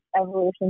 evolution